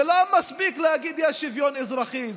לא מספיק להגיד: יש שוויון אזרחי.